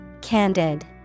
Candid